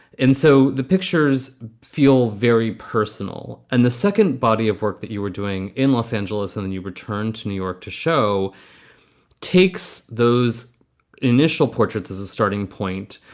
and so the pictures feel very personal. and the second body of work that you were doing in los angeles and then and you returned to new york to show takes those initial portraits as a starting point.